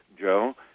Joe